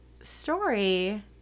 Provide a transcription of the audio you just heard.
story